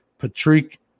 Patrick